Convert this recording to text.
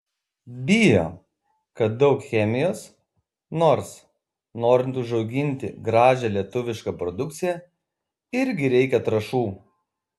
bijo kad daug chemijos nors norint užauginti gražią lietuvišką produkciją irgi reikia trąšų